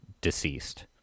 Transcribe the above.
deceased